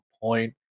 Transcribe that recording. point